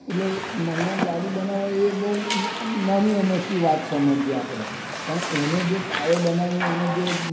એટલે મમરાના લાડુ બનાવે એ બહુ નાની અમસ્તી વાત સમજીએ આપણે પણ એનો જે પાયો બનાવીને એને જે